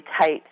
tight